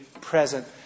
present